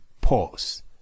Pause